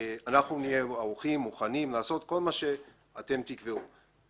אנחנו נהיה ערוכים ומוכנים לעשות כל מה שאתם תקבעו.